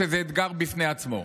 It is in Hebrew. שזה אתגר בפני עצמו.